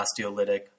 osteolytic